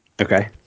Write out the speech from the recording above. Okay